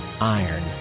iron